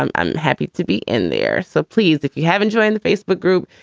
i'm i'm happy to be in there. so pleased that you haven't joined the facebook group.